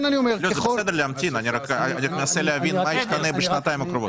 זה בסדר להמתין אבל אני מנסה להבין מה ישתה בשנתיים הקרובות.